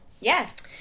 Yes